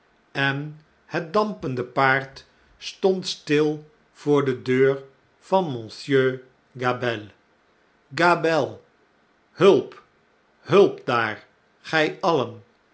en het dampende paard stond stil voor de deur van monsieur gabelle gabelle hulp hulp daar gjj